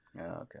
okay